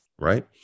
right